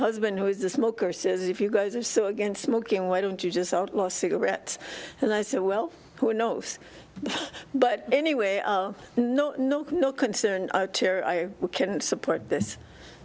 husband who is a smoker says if you guys are so against smoking why don't you just outlaw cigarette and i said well who knows but anyway no no no concern i can't support this